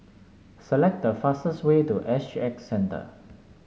select the fastest way to S G X Centre